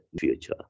future